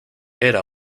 era